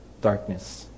Darkness